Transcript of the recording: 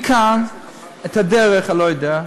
מכאן, את הדרך אני לא יודע.